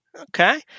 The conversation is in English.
Okay